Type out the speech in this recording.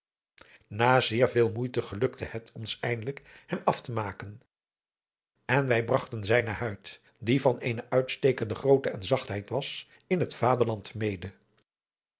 na zeer veel moeite gelukte het ons eindelijk hem af te maken en wij bragten zijne huid die van een uitstekende grootte en zachtheid was in het vaderland mede